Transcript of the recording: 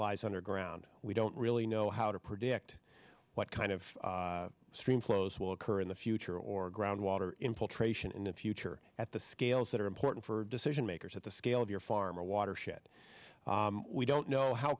lies underground we don't really know how to predict what kind of stream flows will occur in the future or groundwater in full tray ssion in the future at the scales that are important for decision makers at the scale of your farm or watershed we don't know how